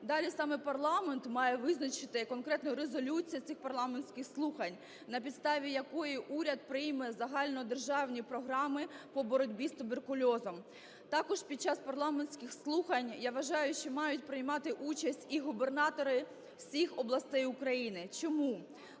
Далі саме парламент має визначити, а конкретно резолюція цих парламентських слухань, на підставі якої уряд прийме загальнодержавні програми по боротьбі з туберкульозом. Також під час парламентських слухань, я вважаю, що мають приймати участь і губернатори всіх областей України. Чому?